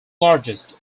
largest